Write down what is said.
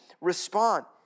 respond